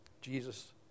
Jesus